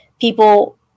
people